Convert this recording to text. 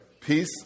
peace